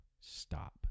stop